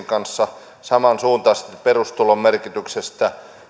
kanssa samansuuntaisesti perustulon merkityksestä